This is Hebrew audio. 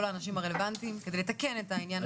האנשים הרלבנטיים כדי לתקן את העניין הזה,